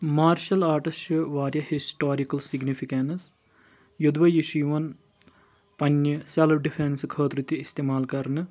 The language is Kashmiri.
مارشل آٹس چھُ واریاہ ہِسٹورِکَل سِگنِفکینس یوٚدوے یہِ چھُ یِوان پنٕنہِ سیلٔف ڈِفؠنس خٲطرٕ تہِ استعمال کرنہٕ